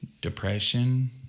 depression